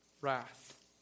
wrath